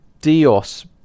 Dios